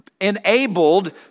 enabled